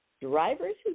drivers